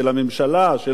שלא מגיעים בזמן.